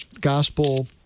gospel